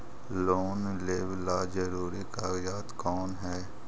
Loan लेब ला जरूरी कागजात कोन है?